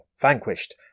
vanquished